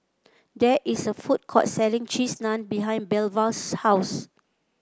there is a food court selling Cheese Naan behind Belva's house